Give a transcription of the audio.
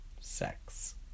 Sex